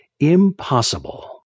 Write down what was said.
IMPOSSIBLE